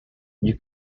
you